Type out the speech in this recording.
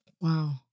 Wow